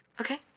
Okay